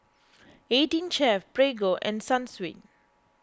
eighteen Chef Prego and Sunsweet